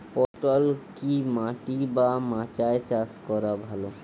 পটল কি মাটি বা মাচায় চাষ করা ভালো?